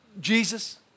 Jesus